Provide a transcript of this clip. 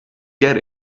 get